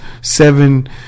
Seven